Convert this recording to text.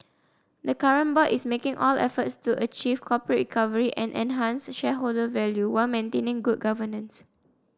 the current board is making all efforts to achieve corporate recovery and enhance shareholder value while maintaining good governance